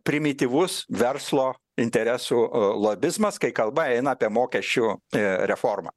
primityvus verslo interesų lobizmas kai kalba eina apie mokesčių reformą